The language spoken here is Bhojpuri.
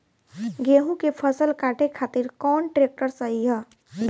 गेहूँ के फसल काटे खातिर कौन ट्रैक्टर सही ह?